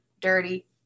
dirty